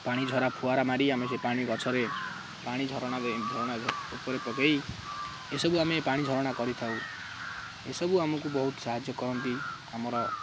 ପାଣିଝରା ଖୁଆରା ମାରି ଆମେ ସେ ପାଣି ଗଛରେ ପାଣି ଝରଣା ଉପରେ ପକାଇ ଏସବୁ ଆମେ ପାଣି ଝରଣା କରିଥାଉ ଏସବୁ ଆମକୁ ବହୁତ ସାହାଯ୍ୟ କରନ୍ତି ଆମର